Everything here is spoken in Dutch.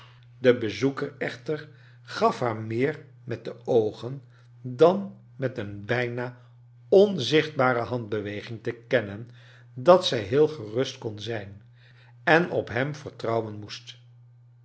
de bezoeker eohter gaf haar nieer met de oogen dan met een bijna onzichtbare handbeweging te kennen dat zij heel gerust kon zijn en op hem vertrouwen moest